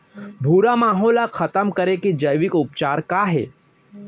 भूरा माहो ला खतम करे के जैविक उपचार का हे?